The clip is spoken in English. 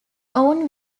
own